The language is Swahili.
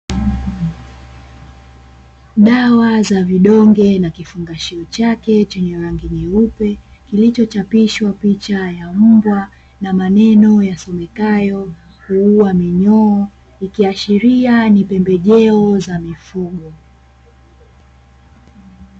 Dawa za vidonge na kifungashio chake chenye rangi nyeupe, kilichochapishwa picha ya mbwa na maneno yasomekayo ''kuuwa minyoo'' ikiashiria pembejeo za mifugo.